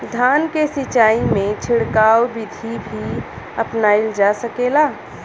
धान के सिचाई में छिड़काव बिधि भी अपनाइल जा सकेला?